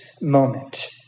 moment